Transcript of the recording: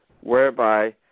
whereby